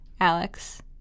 Alex